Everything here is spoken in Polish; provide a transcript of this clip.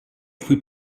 twój